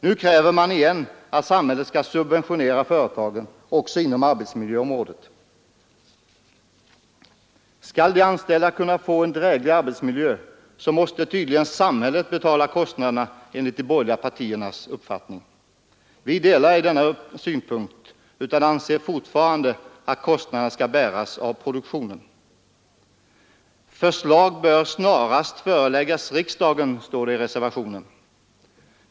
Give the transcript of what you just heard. Nu kräver man igen att samhället skall subventionera företagen också inom arbetsmiljöområdet. Skall de anställda kunna få en dräglig arbetsmiljö, så måste tydligen samhället betala kostnaderna enligt de borgerliga partiernas uppfattning. Vi inom utskottsmajoriteten delar inte denna synpunkt utan anser fortfarande att kostnaderna skall bäras av produktionen. ”Förslag bör snarast föreläggas riksdagen”, heter det i reservationen.